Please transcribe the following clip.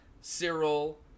Cyril